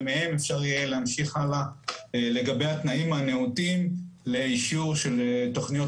ומהם אפשר יהיה להמשיך הלאה לגבי התנאים הנאותים לאישור של תוכניות